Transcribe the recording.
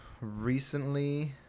recently